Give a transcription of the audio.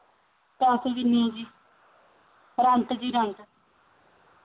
ਪੈਸੇ ਕਿੰਨੇ ਹੈ ਜੀ ਰੈਂਟ ਜੀ ਰੈਂਟ